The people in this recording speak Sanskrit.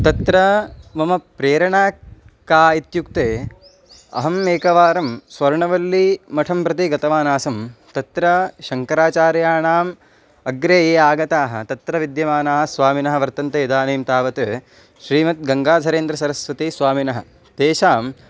तत्र मम प्रेरणा का इत्युक्ते अहम् एकवारं स्वर्णवल्लीमठं प्रति गतवान् आसं तत्र शङ्कराचार्याणाम् अग्रे ये आगताः तत्र विद्यमानाः स्वामिनः वर्तन्ते इदानीं तावत् श्रीमद्गङ्गाधरेन्द्रसरस्वतीस्वामिनः तेषां